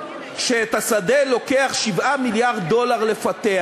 כשאת השדה לוקח 7 מיליארד דולר לפתח,